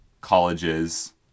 colleges